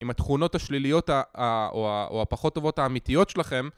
עם התכונות השליליות או הפחות טובות האמיתיות שלכם